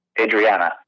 Adriana